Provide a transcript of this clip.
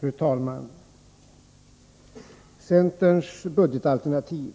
Fru talman! Centerns budgetalternativ